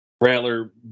Rattler